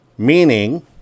meaning